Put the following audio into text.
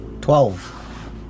Twelve